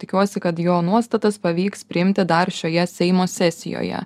tikiuosi kad jo nuostatas pavyks priimti dar šioje seimo sesijoje